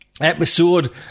episode